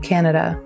Canada